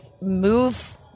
move